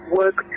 work